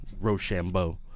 Rochambeau